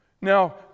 now